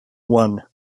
one